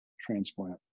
transplant